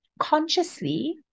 Consciously